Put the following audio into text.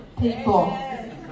people